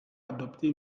adopter